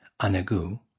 anegu